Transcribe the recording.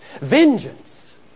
vengeance